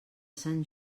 sant